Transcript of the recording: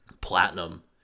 platinum